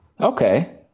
Okay